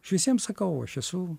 aš visiems sakau aš esu